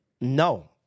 No